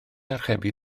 archebu